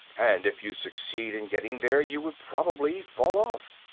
and if you succeeded in getting there you would probably fall off.